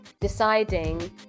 deciding